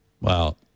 Wow